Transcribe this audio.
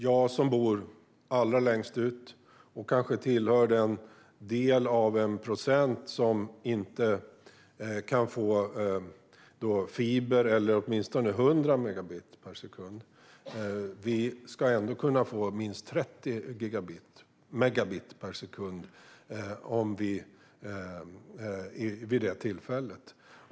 Vi som bor allra längst ut och kanske tillhör den del av 1 procent som inte kan få fiber eller åtminstone 100 megabit per sekund ska ändå kunna få minst 30 megabit per sekund vid det tillfället.